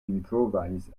improvise